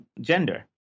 gender